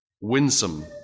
winsome